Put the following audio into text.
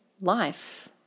life